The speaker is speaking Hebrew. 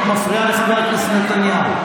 את מפריעה לחבר הכנסת נתניהו.